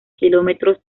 kilómetros